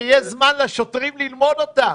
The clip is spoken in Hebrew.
שיהיה זמן לשוטרים ללמוד אותן.